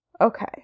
Okay